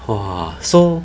!wah! so